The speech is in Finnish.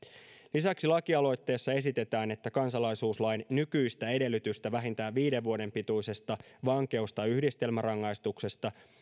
lisäksi lakialoitteessa esitetään että kansalaisuuslain nykyistä edellytystä vähintään viiden vuoden pituisesta vankeus tai yhdistelmärangaistuksesta